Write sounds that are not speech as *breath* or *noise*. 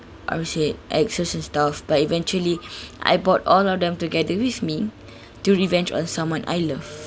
I would say exes and stuff but eventually *breath* I brought all of them together with me to revenge on someone I love